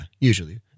usually